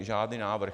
Žádný návrh.